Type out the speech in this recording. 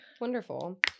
Wonderful